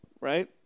right